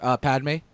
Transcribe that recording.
Padme